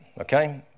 okay